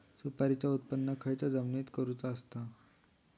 सुपारीचा उत्त्पन खयच्या जमिनीत करूचा असता?